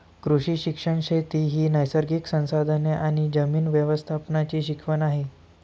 कृषी शिक्षण शेती ही नैसर्गिक संसाधने आणि जमीन व्यवस्थापनाची शिकवण आहे